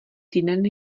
týden